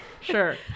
sure